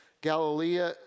Galilee